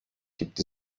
gibt